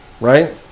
right